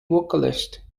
vocalist